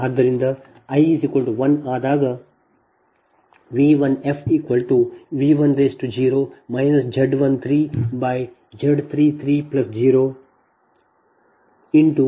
ಆದ್ದರಿಂದ i1 ಆದಾಗ V1fV10 Z13Z330V301 j0